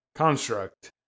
construct